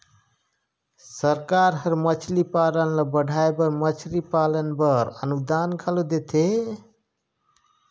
सरकार हर मछरी पालन ल बढ़ाए बर मछरी पालन बर अनुदान घलो देथे